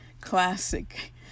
classic